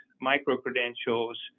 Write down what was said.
micro-credentials